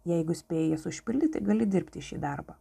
jeigu spėji jas užpildyti gali dirbti šį darbą